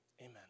amen